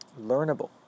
learnable